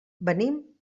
venim